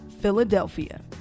Philadelphia